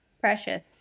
Precious